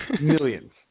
Millions